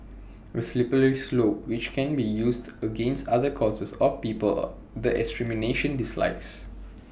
A slippery slope which can be used against other causes or people the administration dislikes